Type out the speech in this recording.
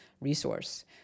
resource